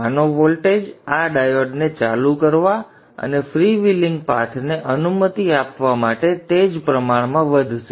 તેથી આનો વોલ્ટેજ આ ડાયોડને ચાલુ કરવા અને ફ્રીવ્હીલિંગ પાથને અનુમતિ આપવા માટે તે જ પ્રમાણમાં વધશે